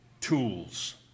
tools